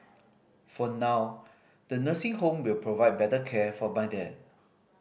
for now the nursing home will provide better care for my dad